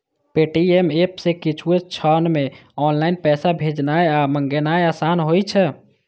Paytm app सं किछुए क्षण मे ऑनलाइन पैसा भेजनाय आ मंगेनाय आसान होइ छै